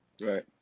Right